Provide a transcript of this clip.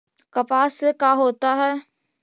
कपास से का होता है?